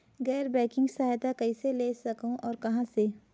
गैर बैंकिंग सहायता कइसे ले सकहुं और कहाँ से?